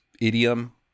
idiom